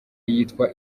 yitwa